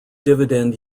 dividend